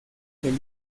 del